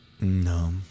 no